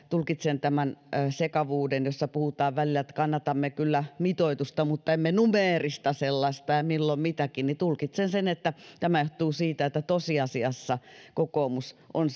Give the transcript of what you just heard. tulkitsen tämän sekavuuden jossa puhutaan välillä että kannatamme kyllä mitoitusta mutta emme numeerista sellaista ja milloin mitäkin niin että tämä johtuu siitä että tosiasiassa kokoomus on